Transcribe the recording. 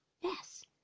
Yes